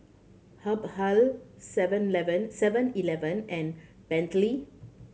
Habhal seven Seven Eleven and Bentley